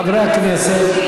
חברי הכנסת,